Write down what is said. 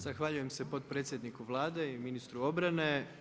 Zahvaljujem se potpredsjedniku Vlade i ministru obrane.